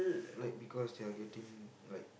like because you're getting like